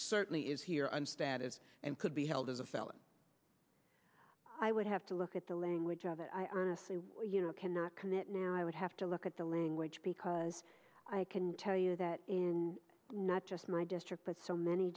certainly is here and status and could be held as a felon i would have to look at the language of it i honestly cannot commit now i would have to look at the language because i can tell you that in not just my district but so many